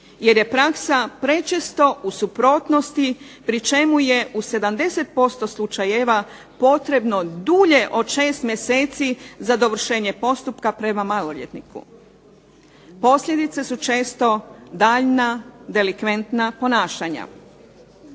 jer je praksa prečesto u suprotnosti pri čemu je u 70% slučajeva potrebno dulje od šest mjeseci za dovršenje postupka prema maloljetniku. Posljedice su često daljnja delikventna ponašanja.